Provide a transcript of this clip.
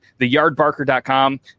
theyardbarker.com